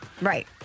Right